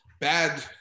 bad